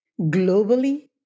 globally